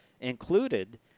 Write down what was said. included